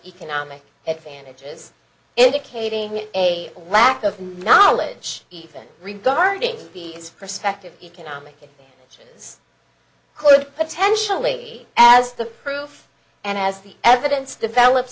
economic advantages indicating a lack of knowledge even regarding the prospective economic changes could potentially as the proof and as the evidence develops